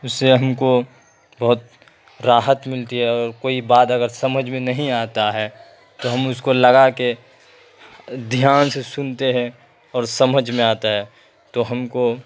اس سے ہم کو بہت راحت ملتی ہے اور کوئی بات اگر سمجھ میں نہیں آتا ہے تو ہم اس کو لگا کے دھیان سے سنتے ہیں اور سمجھ میں آتا ہے تو ہم کو